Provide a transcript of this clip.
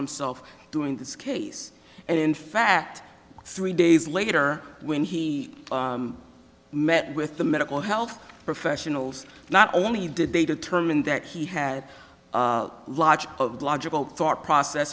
himself doing this case and in fact three days later when he met with the medical health professionals not only did they determine that he had a lot of logical thought process